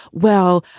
well,